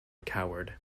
coward